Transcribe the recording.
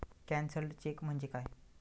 Cancelled cheque म्हणजे काय?